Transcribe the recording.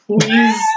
Please